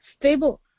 stable